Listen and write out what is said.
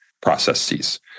processes